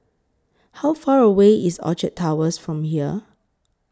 How Far away IS Orchard Towers from here